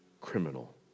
criminal